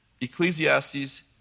Ecclesiastes